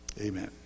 Amen